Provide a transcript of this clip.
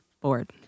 bored